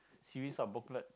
series of booklet